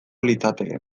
litzateke